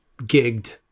gigged